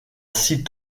scie